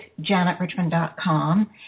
janetrichmond.com